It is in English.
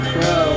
Bro